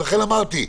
לכן אמרתי,